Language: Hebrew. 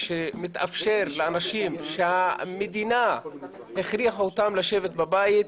כאשר מתאפשר לאנשים שהמדינה הכריחה אותם לשבת בבית,